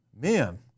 Man